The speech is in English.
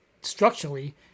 structurally